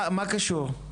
מה קשור?